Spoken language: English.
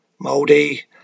Moldy